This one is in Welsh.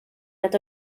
nad